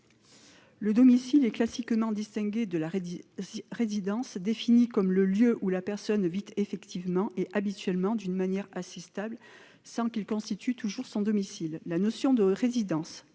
le domicile est distingué de la résidence, qui est définie comme le lieu où la personne vit effectivement et habituellement d'une manière assez stable, sans qu'elle constitue toujours son domicile. La notion de résidence que le